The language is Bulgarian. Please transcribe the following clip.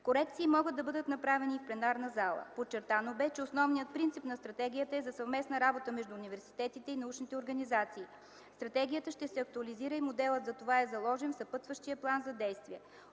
Корекции могат да бъдат направени и в пленарна зала. Подчертано бе, че основният принцип на стратегията е за съвместна работа между университетите и научните организации. Стратегията ще се актуализира и моделът за това е заложен в съпътстващия план за действие.